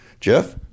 Jeff